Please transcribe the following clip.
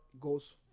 goes